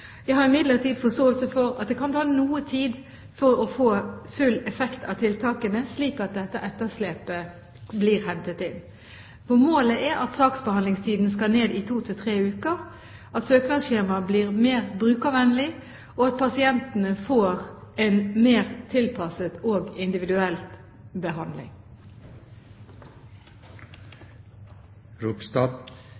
Jeg har imidlertid forståelse for at det kan ta noe tid å få full effekt av tiltakene, slik at dette etterslepet blir hentet inn. Målet er at saksbehandlingstiden skal ned i to–tre uker, at søknadsskjemaet blir mer brukervennlig, og at pasientene får en mer tilpasset og individuell behandling.